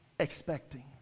expecting